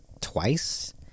twice